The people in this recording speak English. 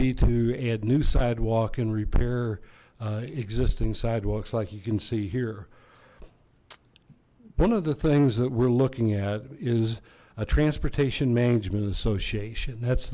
be to add new sidewalk and repair existing sidewalks like you can see here one of the things that we're looking at is a transportation management association that's